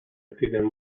tienen